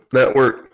network